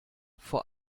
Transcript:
vor